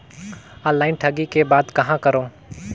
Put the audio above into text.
Online ठगी के बाद कहां करों?